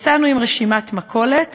יצאנו עם "רשימת מכולת",